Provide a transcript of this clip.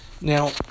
Now